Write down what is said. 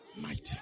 Mighty